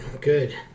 Good